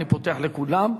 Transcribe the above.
אני פותח לכולם.